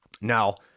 Now